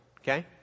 okay